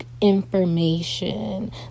information